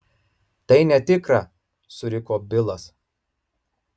tai netikra suriko bilas